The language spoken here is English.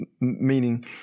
Meaning